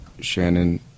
Shannon